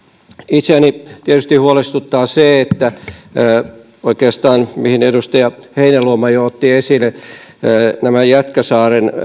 itseäni tietysti huolestuttaa se minkä oikeastaan edustaja heinäluoma jo otti esille eli se että jätkäsaaren